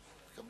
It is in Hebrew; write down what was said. אדוני